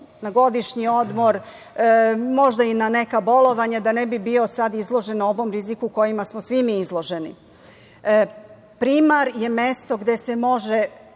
na godišnji odmor, možda i na neko bolovanje, da ne bi bio sada izložen ovom riziku kojem smo svi mi izloženi. Primar je mesto gde se može